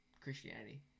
Christianity